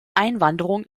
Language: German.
einwanderung